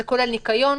אם זה ניקיון,